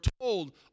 told